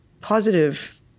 positive